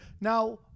now